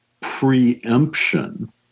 preemption